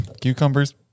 Cucumbers